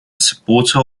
supporter